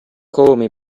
come